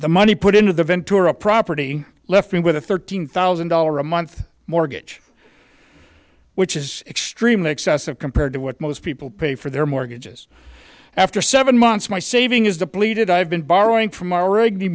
the money put into the ventura property left me with a thirteen thousand dollar a month mortgage which is extremely excessive compared to what most people pay for their mortgages after seven months my saving is depleted i've been borrowing from o